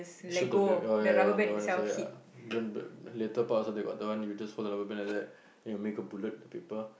shoot the l~ oh ya ya ya that one also ya then b~ later part also they got the one you just hold the rubber band like that then you make a bullet the paper